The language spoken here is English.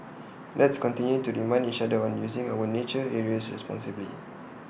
let's continue to remind each other on using our nature areas responsibly